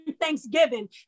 Thanksgiving